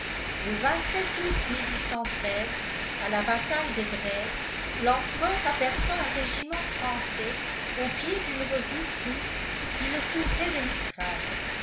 le août à la bataille de dresde l'empereur aperçoit un régiment français au pied d'une redoute russe qui le couvrait de mitraille